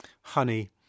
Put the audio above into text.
honey